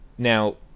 Now